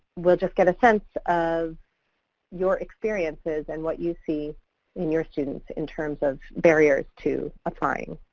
we'll just get a sense of your experiences and what you see in your students in terms of barriers to applying.